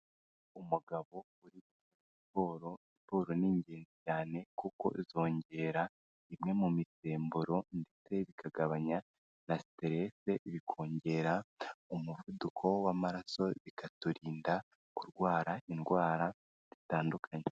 Umugabo uri gukora siporo, siporo ni ingenzi cyane kuko zongera imwe mumisemburo ndetse bikagabanya na stress, bikongera umuvuduko w'amaraso, bikaturinda kurwara indwara zitandukanye.